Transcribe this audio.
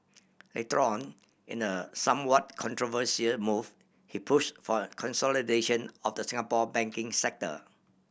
later on in a somewhat controversial move he push for consolidation of the Singapore banking sector